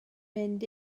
mynd